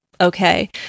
okay